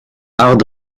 hard